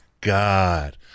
god